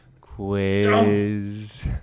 Quiz